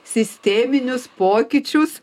sisteminius pokyčius